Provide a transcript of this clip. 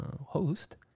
host